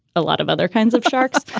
a lot of other kinds of sharks.